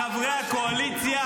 לחברי הקואליציה,